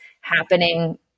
happening